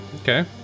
Okay